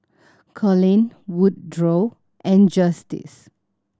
Coleen Woodrow and Justice